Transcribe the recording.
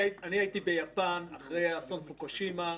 אני הייתי ביפן אחרי אסון פוקושימה,